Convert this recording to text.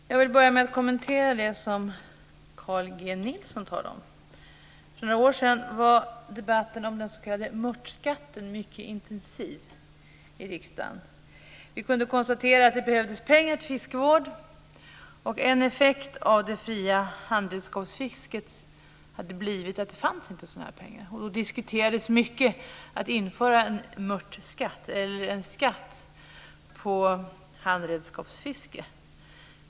Fru talman! Jag vill börja med att kommentera det som Carl G Nilsson talade om. För några år sedan var debatten om den s.k. mörtskatten mycket intensiv i riksdagen. Vi konstaterade att det behövdes pengar till fiskevård. En effekt av det fria handredskapsfisket var att det inte fanns några pengar. Det diskuterades mycket att införa en mörtskatt, dvs. en skatt på handredskapsfiske.